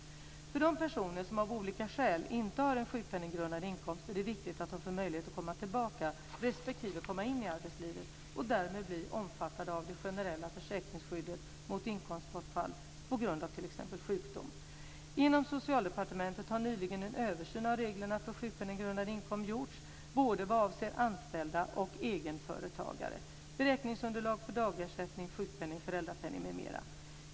För de personer som av olika skäl inte har en sjukpenninggrundande inkomst är det viktigt att de får möjlighet att komma tillbaka respektive komma in i arbetslivet och därmed bli omfattade av det generella försäkringsskyddet mot inkomstbortfall på grund av t.ex. sjukdom. Inom Socialdepartementet har nyligen en översyn av reglerna för sjukpenninggrundande inkomst gjorts, både vad avser anställda och egenföretagare .